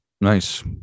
nice